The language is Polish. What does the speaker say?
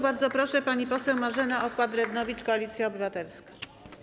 Bardzo proszę, pani poseł Marzena Okła-Drewnowicz, Koalicja Obywatelska.